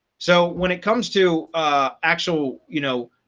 so when it comes to actual, you know,